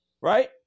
Right